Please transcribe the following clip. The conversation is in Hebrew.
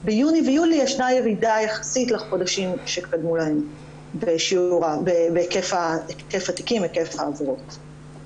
ביוני ויולי ישנה ירידה יחסית שקדמו להם בהיקף התיקים והיקף העבירות.